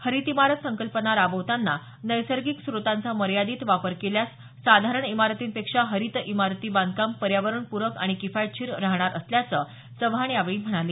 हरित इमारत संकल्पना राबवताना नैसर्गिक स्त्रोतांचा मर्यादित वापर केल्यास साधारण इमारतींपेक्षा हरित इमारती बांधकाम पर्यावरणप्रक आणि किफायशीर राहणार असल्याचं चव्हाण म्हणाले